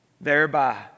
thereby